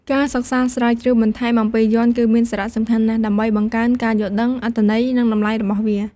ការសិក្សាស្រាវជ្រាវបន្ថែមអំពីយ័ន្ត គឺមានសារៈសំខាន់ណាស់ ដើម្បីបង្កើនការយល់ដឹង អត្ថន័យ និងតម្លៃរបស់វា។